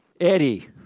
Eddie